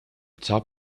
top